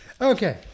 Okay